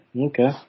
Okay